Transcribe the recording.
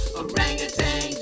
orangutan